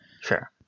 Sure